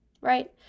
right